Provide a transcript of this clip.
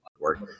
work